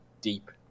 deep